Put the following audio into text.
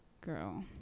girl